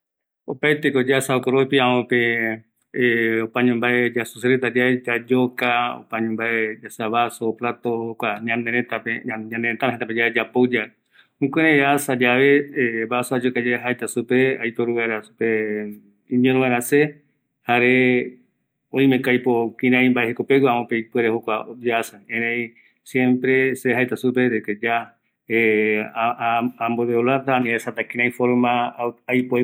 Aaja yave jokua serëtärä i vaso ayoka yave, jaeko tenonde aiporuta suoe ïñiro vaera seve, jare jaetako supe amboekovia vaera supeye jokua nunga